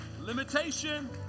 Limitation